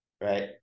right